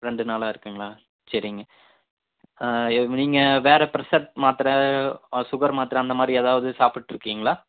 ரெண்டு நாளாக இருக்குங்களா சரிங்க நீங்கள் வேறு ப்ரெஸ்ஸர் மாத்திரை ஆர் சுகர் மாத்திரை அந்தமாதிரி ஏதாவது சாப்பிட்ருக்கீங்களா